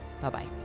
Bye-bye